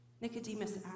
Nicodemus